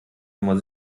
nummer